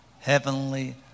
heavenly